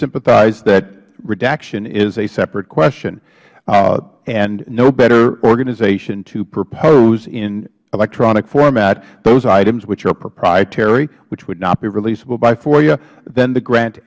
sympathize that redaction is a separate question and no better organization to propose in electronic format those items which are proprietary which would not be releasable by foia than the grant